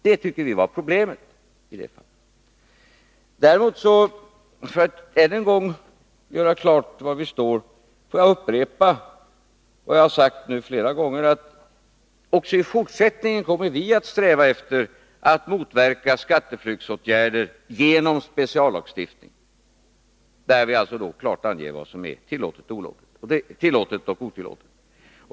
Det har vi ansett vara ett problem. Däremot, för att ännu en gång klargöra var vi står, skall jag upprepa vad jag sagt flera gånger, nämligen att vi också i fortsättningen kommer att sträva efter att motverka skatteflyktsåtgärder genom speciallagstiftning. Vi anger därmed klart vad som är tillåtet och otillåtet.